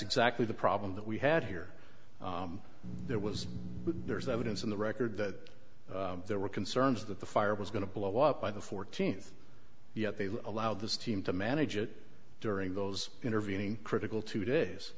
exactly the problem that we had here there was there's evidence in the record that there were concerns that the fire was going to blow up by the fourteenth yet they allowed this team to manage it during those intervening critical two days